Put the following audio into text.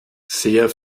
sehr